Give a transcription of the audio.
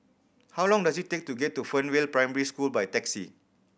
how long does it take to get to Fernvale Primary School by taxi